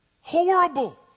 Horrible